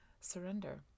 surrender